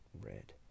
red